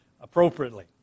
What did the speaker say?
appropriately